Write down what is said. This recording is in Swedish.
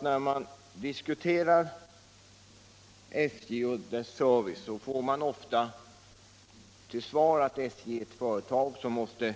När man diskuterar SJ och dess service får man ofta till svar att SJ som andra företag måste